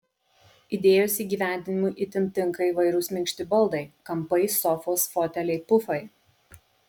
idėjos įgyvendinimui itin tinka įvairūs minkšti baldai kampai sofos foteliai pufai